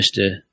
Mr